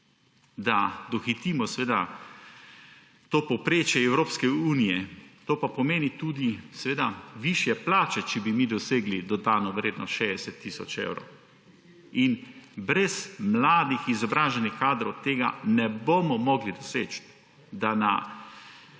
da dohitimo povprečje Evropske unije. To pa pomeni tudi višje plače, če bi mi dosegli dodatno vrednost 60 tisoč evrov. Brez mladih izobraženih kadrov ne bomo mogli doseči tega, da na